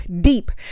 deep